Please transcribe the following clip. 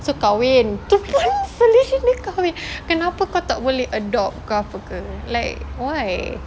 pastu kahwin kahwin kenapa kau tak boleh adopt ke apa ke like why